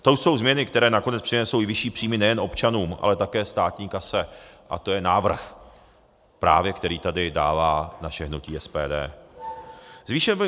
To jsou změny, které nakonec přinesou i vyšší příjmy nejen občanům, ale také státní kase, a to je návrh, právě který tady dává naše hnutí SPD.